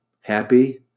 happy